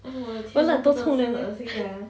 我懒惰冲凉 leh